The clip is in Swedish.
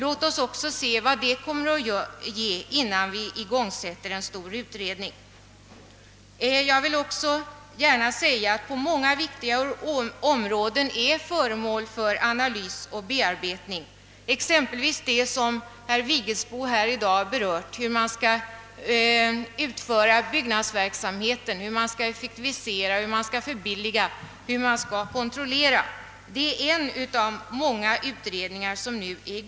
Låt oss också se vad detta kommer att ge innan vi igångsätter en stor utredning. Jag vill också erinra om att många viktiga områden redan är föremål för analys och bearbetning. Herr Vigelsbo berörde här i dag frågan om hur man skall utföra byggnadsverksamheten för att effektivisera, förbilliga och kontrollera denna. Detta behandlas av en av de många utredningar som nu arbetar.